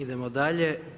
Idemo dalje.